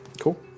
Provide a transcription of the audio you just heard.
Cool